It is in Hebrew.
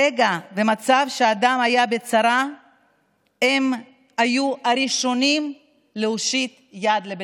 ברגע ובמצב שאדם היה בצרה הם היו הראשונים להושיט יד.